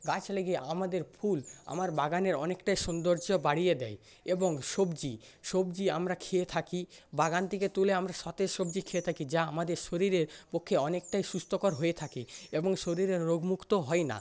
গাছ লেগে আমাদের ফুল আমার বাগানের অনেকটাই সৌন্দর্য বাড়িয়ে দেয় এবং সবজি সবজি আমরা খেয়ে থাকি বাগান থেকে তুলে আমরা সতেজ সবজি খেয়ে থাকি যা আমাদের শরীরের পক্ষে অনেকটাই সুস্থকর হয়ে থাকে এবং শরীরের রোগমুক্ত হয় না